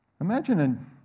Imagine